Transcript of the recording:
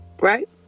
Right